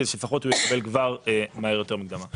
כדי שלפחות הוא יקבל מהר את המקדמה.